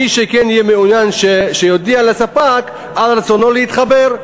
מי שכן יהיה מעוניין יודיע לספק על רצונו להתחבר,